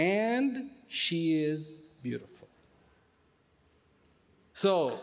and she is beautiful so